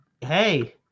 hey